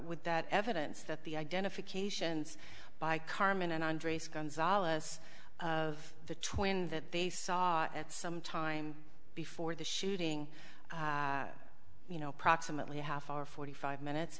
with that evidence that the identifications by carmen and andres gonzales of the twin that they saw at some time before the shooting you know approximately a half hour forty five minutes